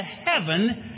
heaven